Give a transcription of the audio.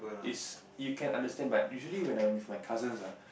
is you can understand but usually when I'm with my cousins ah